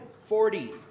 forty